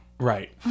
Right